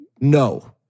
no